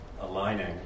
aligning